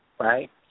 Right